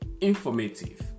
informative